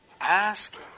Ask